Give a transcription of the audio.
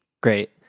Great